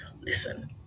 Listen